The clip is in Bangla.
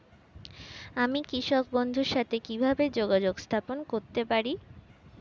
আমি কৃষক বন্ধুর সাথে কিভাবে যোগাযোগ স্থাপন করতে পারি?